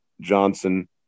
Johnson